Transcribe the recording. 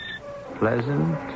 pleasant